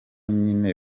nyene